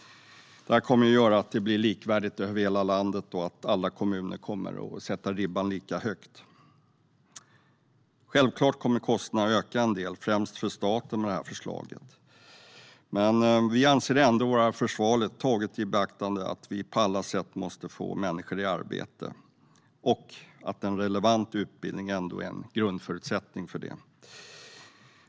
Detta kommer att göra att det blir likvärdigt över hela landet och att alla kommuner kommer att lägga ribban lika högt. Självklart kommer kostnaderna att öka en del, främst för staten, i och med detta förslag. Vi anser det ändå vara försvarligt taget i beaktande att vi på alla sätt måste få människor i arbete och att en relevant utbildning ändå är en grundförutsättning för detta.